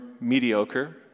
mediocre